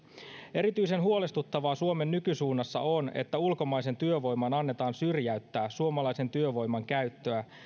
erityisen huolestuttavaa suomen nykysuunnassa on että ulkomaisen työvoiman annetaan syrjäyttää suomalaisen työvoiman käyttöä